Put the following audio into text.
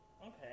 Okay